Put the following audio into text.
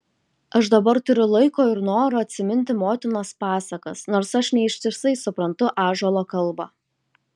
aš dabar turiu laiko ir noro atsiminti motinos pasakas nors aš ne ištisai suprantu ąžuolo kalbą